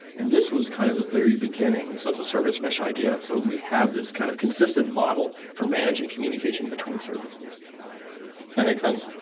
and this was kind of the very beginning sort of service mesh idea. so we have this kind of consistent model for managing communication between services. does that make sense?